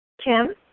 Kim